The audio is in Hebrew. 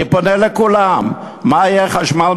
אני פונה לכולם: מה יהיה עם חשמל,